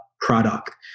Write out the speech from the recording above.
product